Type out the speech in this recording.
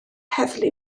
heddlu